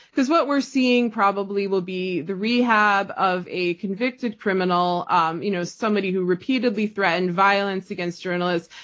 because what we're seeing probably will be the rehab of a convicted criminal, um you know somebody who repeatedly threatened violence against journalists.